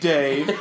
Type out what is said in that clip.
Dave